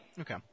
Okay